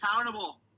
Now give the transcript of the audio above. accountable